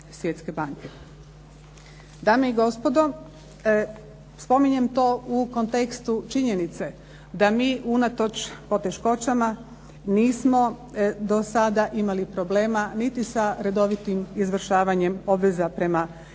Dame i gospodo, spominjem to u kontekstu činjenice da mi unatoč poteškoćama nismo do sada imali problema niti sa redovitim izvršavanjem obveza prema isplati